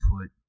put